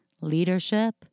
leadership